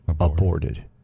aborted